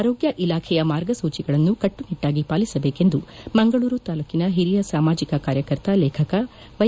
ಆರೋಗ್ಯ ಇಲಾಖೆಯ ಮಾರ್ಗಸೂಚಿಗಳನ್ನು ಕಟ್ಟುನಿಟ್ಟಾಗಿ ಪಾಲಿಸಬೇಕೆಂದು ಮಂಗಳೂರು ತಾಲೂಕಿನ ಹಿರಿಯ ಸಾಮಾಜಿಕ ಕಾರ್ಯಕರ್ತ ಲೇಖಕ ವೈ